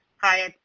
hi,